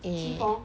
eh